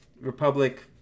Republic